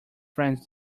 friends